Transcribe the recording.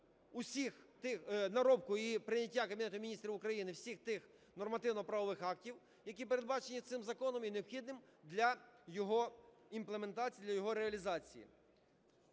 Міністрів наробку і прийняття Кабінетом Міністрів України всіх тих нормативно-правових актів, які передбачені цим законом, і необхідним для його імплементації, для його реалізації.